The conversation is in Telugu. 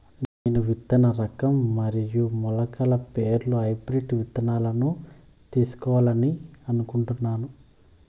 నేను విత్తన రకం మరియు మొలకల పేర్లు హైబ్రిడ్ విత్తనాలను తెలుసుకోవాలని అనుకుంటున్నాను?